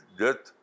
death